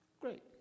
great